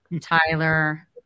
Tyler